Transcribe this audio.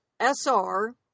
SR